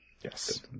Yes